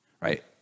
Right